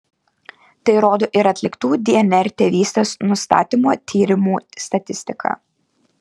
tai rodo ir atliktų dnr tėvystės nustatymo tyrimų statistika